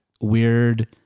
weird